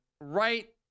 right